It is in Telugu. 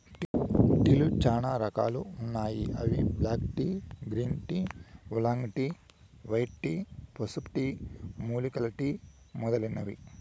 టీలు చానా రకాలు ఉన్నాయి అవి black tea, green tea, oolong tea, white tea, పసుపు టీ, మూలికల టీ మొదలైనవి